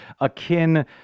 akin